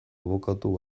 abokatu